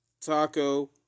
Taco